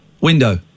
Window